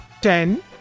ten